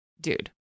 dude